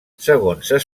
segons